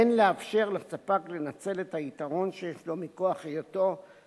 אין לאפשר לספק לנצל את היתרון שיש לו מכוח היותו מנסח